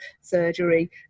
surgery